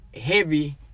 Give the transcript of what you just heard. heavy